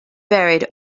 varied